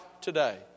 today